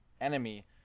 enemy